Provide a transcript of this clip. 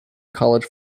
college